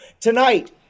tonight